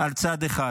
על צד אחד.